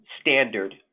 Standard